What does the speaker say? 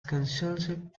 consulship